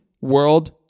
World